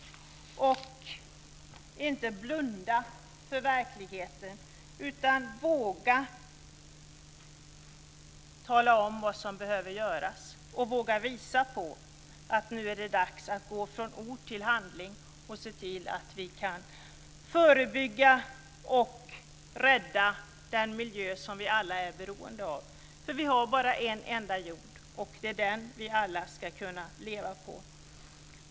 Vi får inte blunda för verkligheten utan våga tala om vad som behöver göras. Vi måste våga visa på att det nu är dags att gå från ord till handling och se till att vi kan förebygga och rädda den miljö som vi alla är beroende av, för vi har bara en enda jord, och det är den vi alla ska kunna leva på.